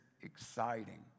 exciting